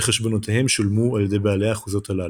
שחשבונותיהן שולמו על ידי בעלי האחוזות הללו.